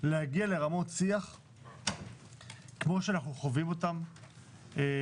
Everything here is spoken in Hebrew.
להגיע לרמות שיח כמו שאנחנו חווים אותם במליאה,